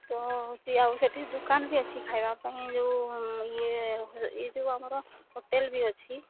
ତ ହେଉଛି ଆଉ ସେଠି ଦୋକାନ ବି ଅଛି ଖାଇବା ପାଇଁ ଯେଉଁ ଇଏ ଏଇ ଯେଉଁ ଆମର ହୋଟେଲ ବି ଅଛି